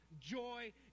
joy